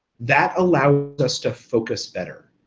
that allows us to focus better.